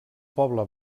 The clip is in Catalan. poble